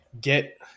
get